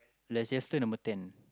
Leicester number ten